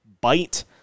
bite